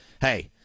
hey